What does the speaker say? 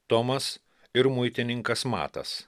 tomas ir muitininkas matas